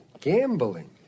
Gambling